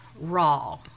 raw